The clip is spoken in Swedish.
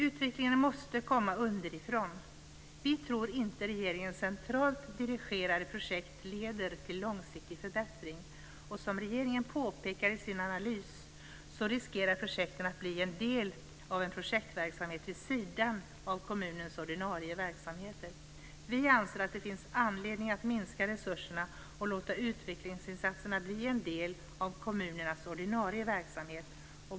Utvecklingen måste komma underifrån. Vi tror inte regeringens centralt dirigerade projekt leder till långsiktig förbättring. Och som regeringen påpekar i sin analys riskerar projekten att bli en del av en projektverksamhet vid sidan av kommunens ordinarie verksamheter. Vi anser att det finns anledning att minska resurserna och låta utvecklingsinsatserna bli en del av kommunernas ordinarie verksamhet.